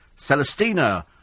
Celestina